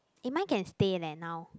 it might get to stay leh now